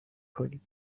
کنیم